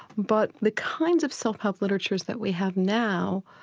but the kinds of self-help literatures that we have now,